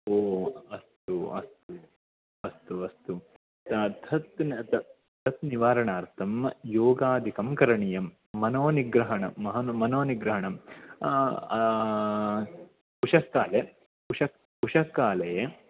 ओ अस्तु अस्तु अस्तु अस्तु तथ् तत् निवारणार्थं योगादिकं करणीयं मनोनिग्रहणं मनोनिग्रहणं उषःकाले उषः उषःकाले